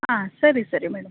ಹಾಂ ಸರಿ ಸರಿ ಮೇಡಮ್